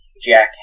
Jack